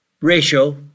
ratio